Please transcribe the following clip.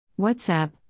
WhatsApp